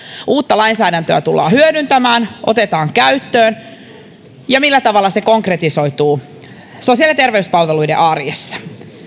uutta lainsäädäntöä tullaan hyödyntämään otetaan käyttöön ja millä tavalla se konkretisoituu sosiaali ja terveyspalveluiden arjessa